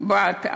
בת,